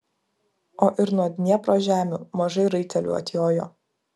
o ir nuo dniepro žemių mažai raitelių atjojo